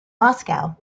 moscow